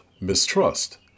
mistrust